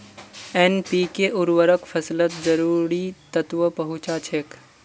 NPK उर्वरक फसलत जरूरी तत्व पहुंचा छेक